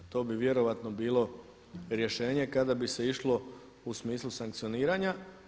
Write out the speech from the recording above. To bi vjerojatno bilo rješenje kada bi se išlo u smislu sankcioniranja.